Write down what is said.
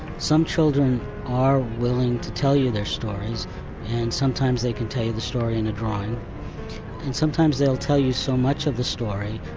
some children are willing to tell you their stories and sometimes they can tell you the story in a drone and sometimes they'll tell you so much of the story